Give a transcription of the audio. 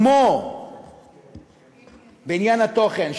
כמו בעניין התוכן,